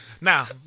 now